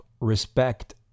respect